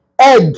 egg